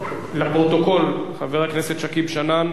אין נמנעים.